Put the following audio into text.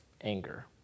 anger